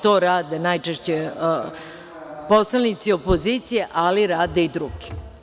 To rade najčešće poslanici opozicije, ali rade i drugi.